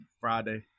Friday